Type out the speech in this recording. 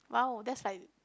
!wow! that's like